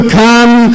come